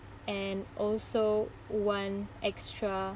and also one extra